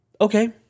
Okay